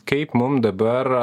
kaip mum dabar